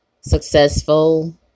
successful